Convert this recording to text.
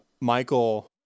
Michael